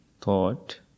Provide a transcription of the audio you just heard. thought